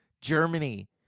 Germany